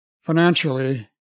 financially